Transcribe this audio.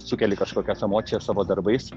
sukeli kažkokias emocijas savo darbais